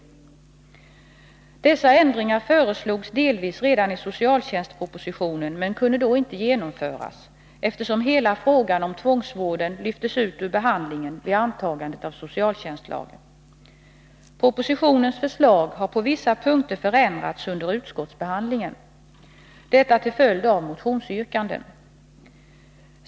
Dessa ändringar föreslogs delvis redan i socialtjänstpropositionen men kunde då inte genomföras, eftersom hela frågan om tvångsvården lyftes ut ur behandlingen vid antagandet av socialtjänstlagen. Propositionens förslag har på vissa punkter förändrats under utskottsbehandlingen till följd av motionsyrkanden.